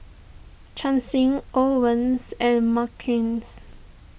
Chancy Owens and Marquez